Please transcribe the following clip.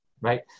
Right